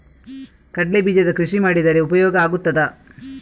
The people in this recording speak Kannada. ಕಡ್ಲೆ ಬೀಜದ ಕೃಷಿ ಮಾಡಿದರೆ ಉಪಯೋಗ ಆಗುತ್ತದಾ?